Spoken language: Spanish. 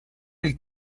del